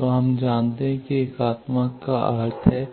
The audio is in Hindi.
तो हम जानते हैं कि एकात्मक का अर्थ है